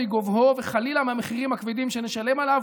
מגובהו וחלילה מהמחירים הכבדים שנשלם עליו,